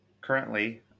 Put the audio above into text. currently